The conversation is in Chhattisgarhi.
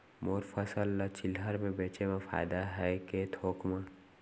मोर फसल ल चिल्हर में बेचे म फायदा है के थोक म?